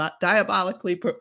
diabolically